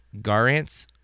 Garance